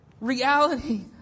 reality